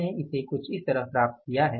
हमने इसे कुछ इस तरह प्राप्त किया है